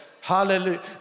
Hallelujah